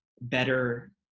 better